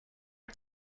het